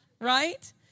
right